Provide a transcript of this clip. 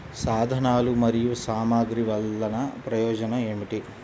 సాధనాలు మరియు సామగ్రి వల్లన ప్రయోజనం ఏమిటీ?